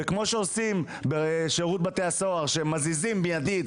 וכמו שעושים בשירות בתי הסוהר כשמזיזים מיידית